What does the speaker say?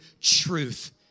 truth